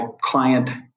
client